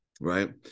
right